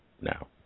now